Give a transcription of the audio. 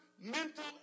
mental